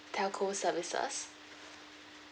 telco services